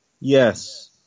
Yes